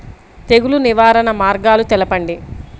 తెగులు నివారణ మార్గాలు తెలపండి?